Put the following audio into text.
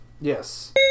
Yes